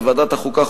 בוועדת החוקה,